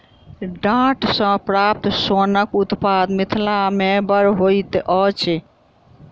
डांट सॅ प्राप्त सोनक उत्पादन मिथिला मे बड़ होइत अछि